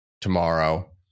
tomorrow